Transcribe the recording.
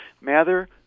Mather